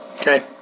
Okay